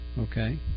Okay